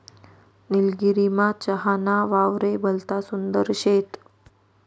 निलगिरीमा चहा ना वावरे भलता सुंदर शेत